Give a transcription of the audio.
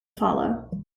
follow